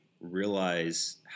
realize